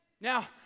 Now